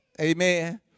Amen